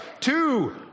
Two